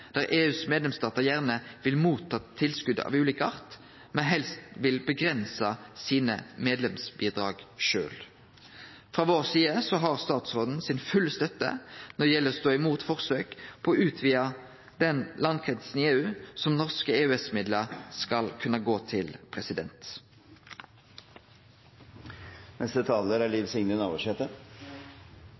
der EUs medlemsstatar gjerne vil ta imot tilskot av ulik art, men helst vil avgrense sine medlemsbidrag sjølve. Statsråden har vår fulle støtte når det gjeld å stå imot forsøk på å utvide den landkretsen i EU som norske EØS-midlar skal kunne gå til.